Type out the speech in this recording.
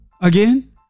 again